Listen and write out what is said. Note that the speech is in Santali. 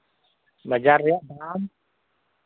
ᱵᱟᱡᱟᱨ ᱨᱮᱭᱟᱜ ᱫᱟᱢ